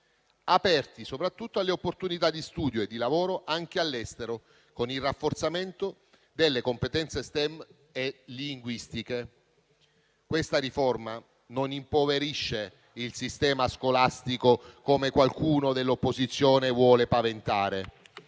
aperti soprattutto alle opportunità di studio e di lavoro anche all'estero, con il rafforzamento delle competenze STEM e linguistiche. Questa riforma non impoverisce il sistema scolastico, come qualcuno dell'opposizione vuole paventare.